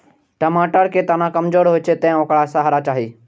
टमाटर के तना कमजोर होइ छै, तें ओकरा सहारा चाही